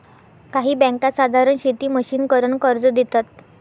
काही बँका साधारण शेती मशिनीकरन कर्ज देतात